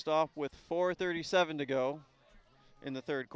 stop with four thirty seven to go in the third